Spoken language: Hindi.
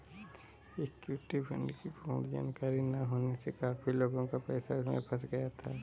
इक्विटी फंड की पूर्ण जानकारी ना होने से काफी लोगों का पैसा उसमें फंस गया था